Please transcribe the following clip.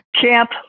Camp